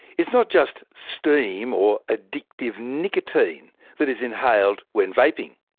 it's not just steam or addictive nicotine that is inhaled when vaping.